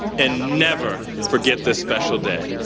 and never forget this special day.